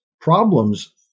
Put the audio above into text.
problems